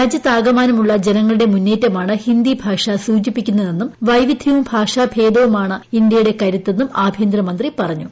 രാജ്യത്താകമാനമുള്ള ജനങ്ങളുടെ മുന്നേറ്റമാണ് ഹിന്ദി ഭാഷ സൂചിപ്പിക്കുന്നതെന്നും വൈവിധ്യവും ഭാഷഭേദവുമാണ് ഇന്ത്യയുടെ കരുത്തെന്നും ആഭ്യന്തരമന്ത്രി പറഞ്ഞു